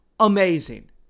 amazing